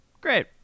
Great